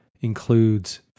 includes